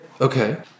okay